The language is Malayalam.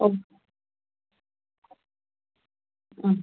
ഓ ആ